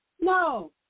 no